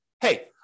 hey